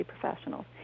Professionals